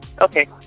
Okay